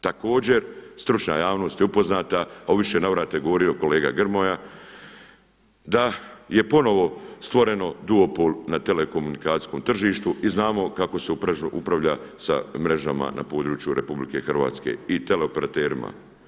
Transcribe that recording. Također stručna javnost je upoznata, a u više navrata je govorio kolega Grmoja da je ponovo stvoreno duo pol na telekomunikacijskom tržištu i znamo kako se upravlja sa mrežama na području RH i tele operaterima.